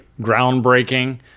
groundbreaking